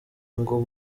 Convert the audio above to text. ngo